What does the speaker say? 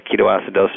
ketoacidosis